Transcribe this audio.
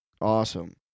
Awesome